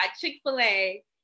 Chick-fil-A